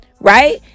right